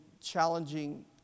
challenging